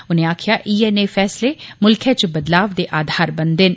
उनें आक्खेआ इयै नेह् फैसले मुल्खै च बदलाव दे आधार बनदे न